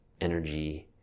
energy